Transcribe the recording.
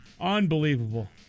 Unbelievable